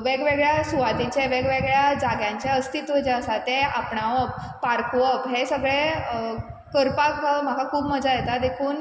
वेगवेगळ्या सुवातींचें वेगवेगळ्या जाग्यांचे अस्तित्व जें आसा तें आपणावप पारखुवप हें सगळें करपाक म्हाका खूब मज्या येता देखून